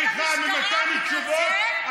המריחה והבריחה ממתן תשובות,